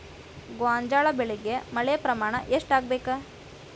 ಗೋಂಜಾಳ ಬೆಳಿಗೆ ಮಳೆ ಪ್ರಮಾಣ ಎಷ್ಟ್ ಆಗ್ಬೇಕ?